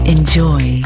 Enjoy